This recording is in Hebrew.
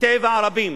טבע רבים".